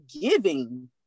giving